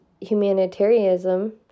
humanitarianism